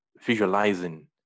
visualizing